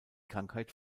krankheit